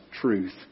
truth